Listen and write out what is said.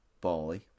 Bali